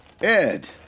Ed